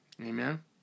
Amen